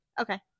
Okay